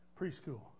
preschool